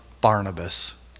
Barnabas